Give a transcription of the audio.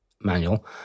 manual